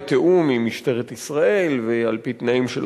בתיאום עם משטרת ישראל ועל-פי תנאים של